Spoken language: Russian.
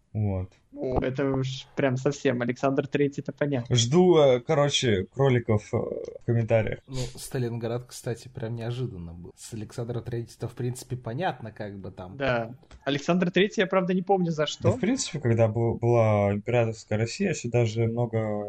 Вот. О, это уж прям совсем Александр Третий, это понятно. Жду, э, короче, кроликов, э, в комментариях. Ну, Сталинград, кстати, прям неожиданно был. С Александра Третьего-то, в принципе, понятно, как бы там. Да. Александр Третий, я, правда, не помню, за что. Да, в принципе, когда бу- была императорская Россия, сюда же много